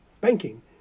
banking